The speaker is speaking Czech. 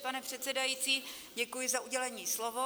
Pane předsedající, děkuji za udělení slova.